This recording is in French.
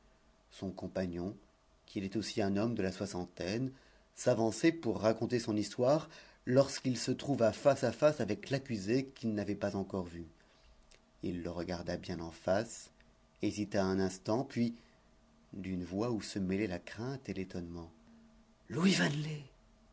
son compagnon qui était aussi un homme de la soixantaine s'avançait pour raconter son histoire lorsqu'il se trouva face à face avec l'accusé qu'il n'avait pas encore vu il le regarda bien en face hésita un instant puis d'une voix où se mêlaient la crainte et l'étonnement louis